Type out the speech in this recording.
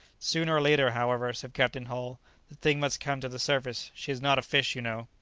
sooner or later, however, said captain hull, the thing must come to the surface she is not a fish, you know.